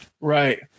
Right